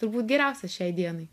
turbūt geriausias šiai dienai